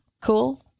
cool